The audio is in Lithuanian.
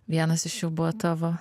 vienas iš jų buvo tavo